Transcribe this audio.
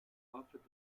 offered